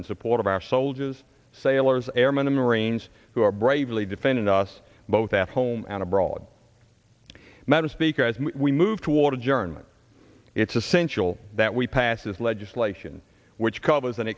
in support of our soldiers sailors airmen and marines who are bravely defending us both at home and abroad madam speaker as we move toward adjournment it's essential that we pass this legislation which covers an